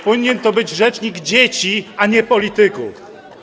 Powinien to być rzecznik dzieci, a nie polityków.